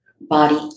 body